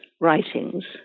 writings